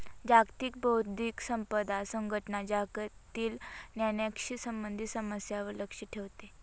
जागतिक बौद्धिक संपदा संघटना जगातील ज्ञानाशी संबंधित समस्यांवर लक्ष ठेवते